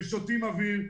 הם שותים אוויר,